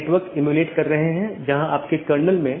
network layer reachability की जानकारी की एक अवधारणा है